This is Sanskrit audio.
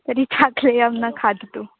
तर्हि चाकलेहः न खादतु